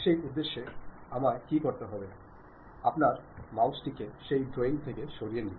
সেই উদ্দেশ্যে আমায় কী করতে হবে আপনার মাউসটিকে সেই ড্রয়িং থেকে সরিয়ে নিন